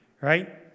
right